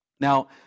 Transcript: Now